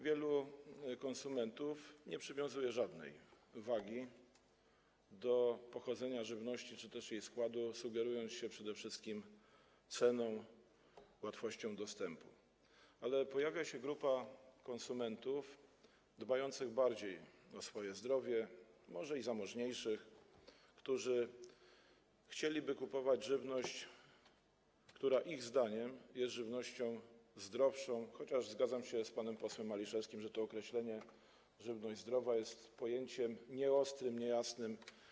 Wielu konsumentów nie przywiązuje żadnej wagi do pochodzenia żywności czy też jej składu, sugerując się przede wszystkim ceną, łatwością dostępu, ale pojawia się grupa konsumentów dbających bardziej o swoje zdrowie, może i zamożniejszych, którzy chcieliby kupować żywność, która ich zdaniem jest żywnością zdrowszą, chociaż zgadzam się z panem posłem Maliszewskim, że to określenie „żywność zdrowa” jest pojęciem nieostrym, niejasnym.